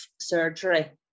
surgery